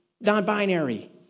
non-binary